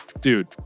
dude